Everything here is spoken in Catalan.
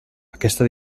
aquesta